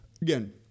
again